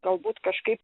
galbūt kažkaip